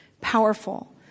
powerful